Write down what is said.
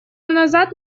назад